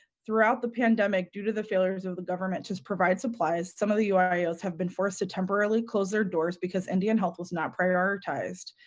throughout the pandemic, due to the failures of the government, to provide supplies some of the ah uios have been forced to temporarily close their door because indian help was not prioritized.